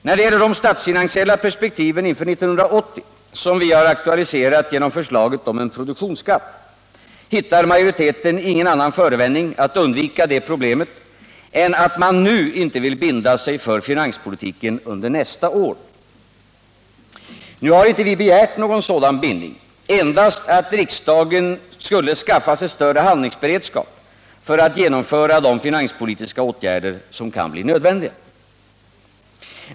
När det gäller de statsfinansiella perspektiven inför 1980, som vi har aktualiserat genom förslaget om en produktionsskatt, hittar majoriteten ingen annan förevändning att undvika det problemet än att man nu inte vill binda sig för finanspolitiken under nästa år. Nu har vi inte begärt någon sådan bindning, endast att riksdagen skulle skaffa sig större handlingsberedskap för att genomföra de finanspolitiska åtgärder som kan bli nödvändiga.